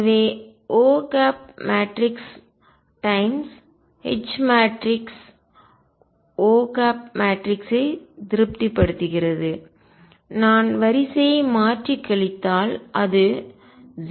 எனவே O matrix times H matrix O மேட்ரிக்ஸை திருப்திப்படுத்துகிறது நான் வரிசையை மாற்றி கழித்தால் அது 0 ஆகும்